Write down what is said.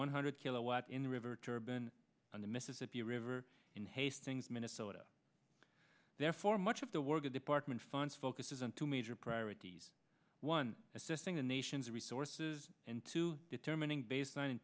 one hundred kilowatt in the river turban on the mississippi river in hastings minnesota therefore much of the work the department funds focus is on two major priorities one assessing the nation's resources into determining base